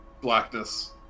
blackness